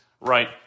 right